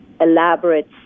elaborate